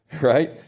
Right